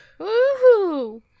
Woohoo